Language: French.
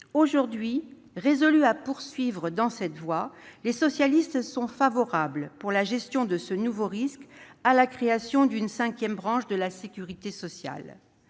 Résolus à poursuivre dans cette voie, les socialistes sont favorables, pour la gestion de ce nouveau risque, à la création d'une cinquième branche de la sécurité sociale.